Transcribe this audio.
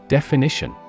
Definition